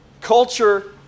Culture